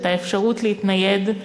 את האפשרות להתנייד,